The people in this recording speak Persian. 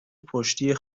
پشتی